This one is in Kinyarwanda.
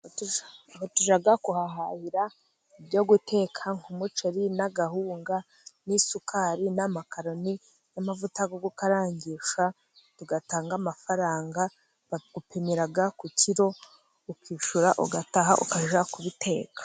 Kuri butiki tujya kuhahahira ibyo guteka umuceri, agahunga, isukari, amakaroni, amavuta bakarangisha, itanga amafaranga. Bagupimira ku kiro ukishyura ugataha ukajya kubiteka.